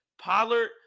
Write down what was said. Pollard